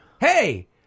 Hey